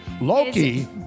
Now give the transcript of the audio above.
Loki